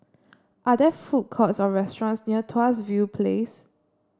are there food courts or restaurants near Tuas View Place